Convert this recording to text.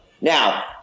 Now-